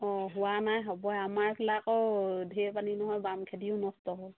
অঁ হোৱা নাই হ'বহে আমাৰ এইফালে আকৌ ঢেৰ পানী নহয় বাম খেতিও নষ্ট হ'ল